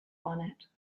barnett